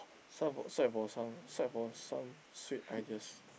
swipe for swipe for some swipe for some sweet ideas